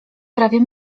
prawie